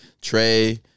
Trey